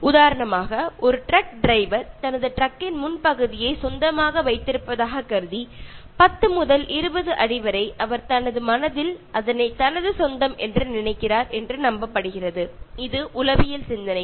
உதாரணமாக ஒரு truck driver தனது டிரக்கின் முன் பகுதியை சொந்தமாக வைத்திருப்பதாகக் கருதி 10 முதல் 20 அடி வரை அவர் தனது மனதில் அதனை தனது சொந்தம் என்று நினைக்கிறார் என்று நம்பப்படுகிறது இது உளவியல் சிந்தனை